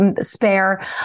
spare